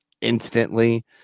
instantly